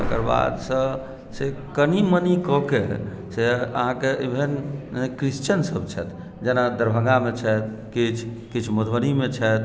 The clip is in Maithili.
तकर बादसे से कनि मनि कऽ के से अहाँके एहेन क्रिश्चनसभ छथि जेना दरभंगामे छथि किछु किछु मधुबनीमे छथि